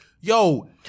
yo